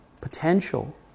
Potential